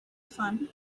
fun